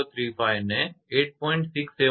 035 ને 8